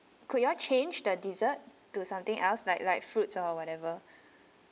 could you all change the dessert to something else like like fruits or whatever